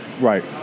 Right